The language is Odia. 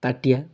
ତାଟିଆ